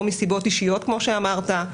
או מסיבות אישיות כמו שאמרת,